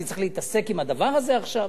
אני צריך להתעסק עם הדבר הזה עכשיו?